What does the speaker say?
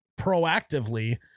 proactively